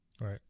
right